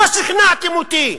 לא שכנעתם אותי.